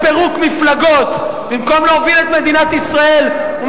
מנסה לפרק את החברה הישראלית